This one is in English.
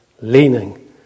leaning